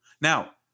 Now